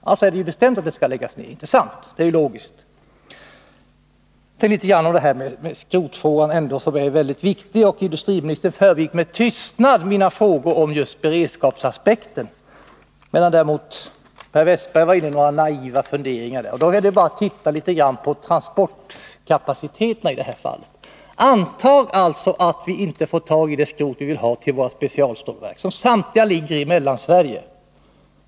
Han säger ju bestämt att 27 november 1981 gruvan skall läggas ner, inte sant? Det är ju logiskt. ai Så vill jag säga litet om skrotfrågan, som är mycket viktig. Industriminis Om SSAB:s verktern förbigick med tystnad mina frågor om beredskapsaspekten, medan han däremot anförde några naiva funderingar. Man behöver bara se litet på transportkapaciteten i detta fall. Antag att vi inte får tag i det skrot vi vill ha till våra specialstålverk, som samtliga ligger i Mellansverige!